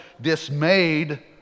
dismayed